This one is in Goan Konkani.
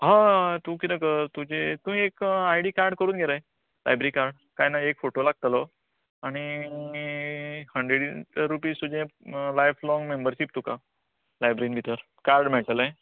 हय तूं कितें कर तुजी तूं एक आयडी कार्ड करून घे रे लायब्ररी कार्ड तेका एक फोटो लागतलो आनी hundred rupees life long membership तुका लायब्ररीन भितर कार्ड मेळटलें